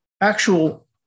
actual